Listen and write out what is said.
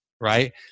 right